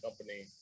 company